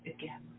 again